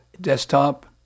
desktop